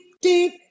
deep